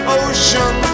ocean